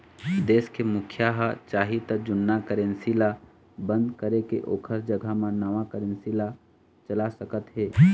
देश के मुखिया ह चाही त जुन्ना करेंसी ल बंद करके ओखर जघा म नवा करेंसी ला चला सकत हे